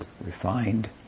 refined